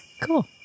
Cool